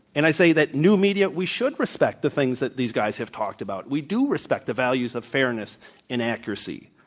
and i say that new media, we should respect the things that these guys have talked about. we do respect the values of fairness and accuracy.